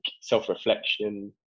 self-reflection